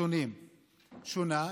שונה,